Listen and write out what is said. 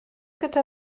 gyda